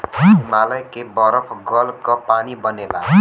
हिमालय के बरफ गल क पानी बनेला